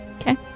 Okay